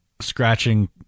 scratching